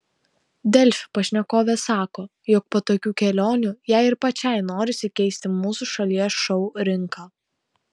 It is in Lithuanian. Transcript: delfi pašnekovė sako jog po tokių kelionių jai ir pačiai norisi keisti mūsų šalies šou rinką